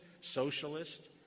socialist